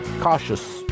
cautious